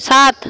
সাত